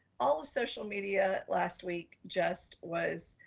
all of social media last week just was,